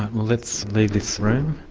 let's leave this room.